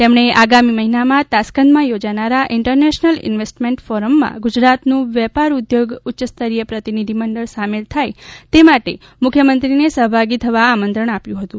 તેમણે આગામી મહિનામાં તાશ્કંદમાં યોજાયેલા ઇન્ટરનેશનલ ઇન્વેસ્ટમેન્ટ ફોરમમાં ગુજરાતનું વેપાર ઉદ્યોગ ઉચ્યસ્તરીય પ્રતિનિધિમંડળ સામેલ થાય તે માટે મુખ્યમંત્રીને સહભાગી થવા આમંત્રણ આપ્યું હતું